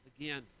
again